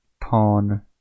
Pawn